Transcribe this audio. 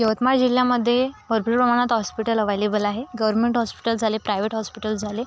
यवतमाळ जिल्ह्यामध्ये भरपूर प्रमाणात हॉस्पिटल अवेलेबल आहे गवर्नमेंट हॉस्पिटल झाले प्रायवेट हॉस्पिटल झाले